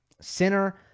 Sinner